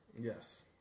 Yes